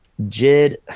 Jid –